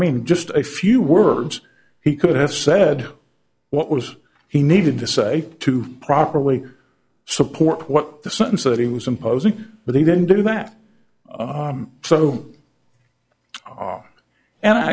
mean just a few words he could have said what was he needed to say to properly support what the sentence that he was imposing but he didn't do that so and i